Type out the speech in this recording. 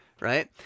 Right